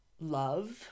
love